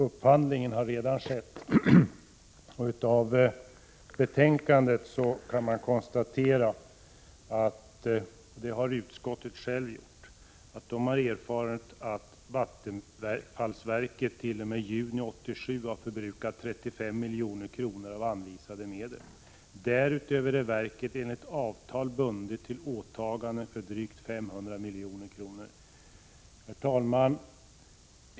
Upphandlingen har redan skett, och av betänkandet kan man konstatera: ”Enligt vad utskottet har erfarit beräknas vattenfallsverket t.o.m. juni 1987 ha förbrukat ca 35 milj.kr. av anvisade medel. Därutöver är verket enligt avtal bundet till åtaganden för drygt 500 milj.kr.” Herr talman!